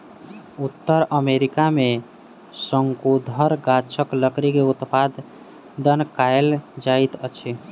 उत्तर अमेरिका में शंकुधर गाछक लकड़ी के उत्पादन कायल जाइत अछि